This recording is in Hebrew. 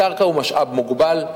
הקרקע היא משאב מוגבל,